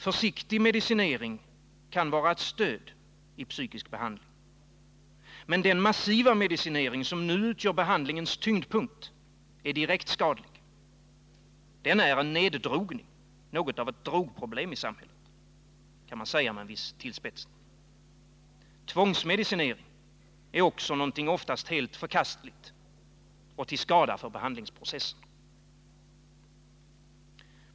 Försiktig medicinering kan vara ett stöd i psykiatribehandlingen. Den massiva medicinering som nu utgör behandlingens tyngdpunkt är emellertid direkt skadlig. Den innebär en neddrogning och utgör ett drogproblem i samhället, kan man säga med viss tillspetsning. Tvångsmedicinering är oftast helt förkastlig och till skada för behandlingsprocessen.